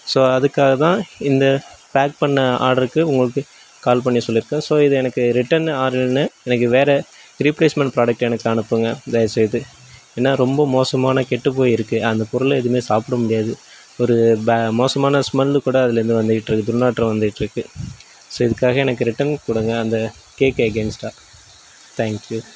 so அதுக்காக தான் இந்த பேக் பண்ண ஆர்டருக்கு உங்களுக்கு கால் பண்ணி சொல்லியிருக்கேன் ஸோ இதை எனக்கு ரிட்டன் ஆர்டருன்னு எனக்கு வேறு ரீபிலேஸ்மெண்ட் ப்ராடக்ட் எனக்கு அனுப்புங்க தயவுசெய்து ஏன்னால் ரொம்ப மோசமான கெட்டு போய் இருக்குது அந்த பொருளை எதுவுமே சாப்பிட முடியாது ஒரு பே மோசமான ஸ்மெல்லு கூட அதுலருந்து வந்துகிட்டிருக்கு துர்நாற்றம் வந்துகிட்ருக்கு ஸோ இதுக்காக எனக்கு ரிட்டன் கொடுங்க அந்த கேக்கை எகைன்ஸ்டாக தேங்க்யூ